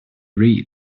read